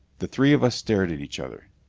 the three of us stared at each other.